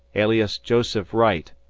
alias joseph wright,